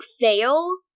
fail